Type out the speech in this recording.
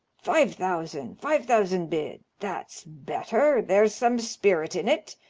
five thousand. five thousand bid. that's better there's some spirit in it.